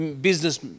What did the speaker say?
business